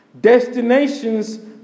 Destinations